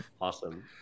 Awesome